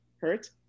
hurt